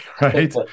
Right